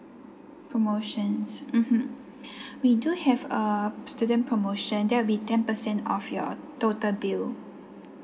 promotions mmhmm we do have a student promotion there will be ten percent off your total bill